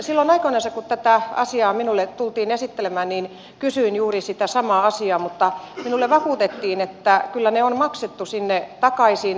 silloin aikoinansa kun tätä asiaa minulle tultiin esittelemään kysyin juuri sitä samaa asiaa mutta minulle vakuutettiin että kyllä ne on maksettu sinne takaisin